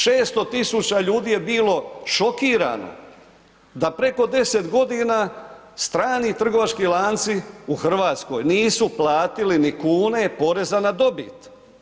600.000 ljudi je bilo šokirano da preko 10 godina strani trovački lanci u Hrvatskoj nisu platili ni kune poreza na dobit.